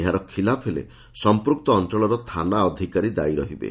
ଏହାର ଖିଲାପ ହେଲେ ସଂପୂକ୍ତ ଅଞ୍ଞଳର ଥାନା ଅଧିକାରୀ ଦାୟୀ ହେବେ